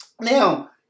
now